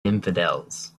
infidels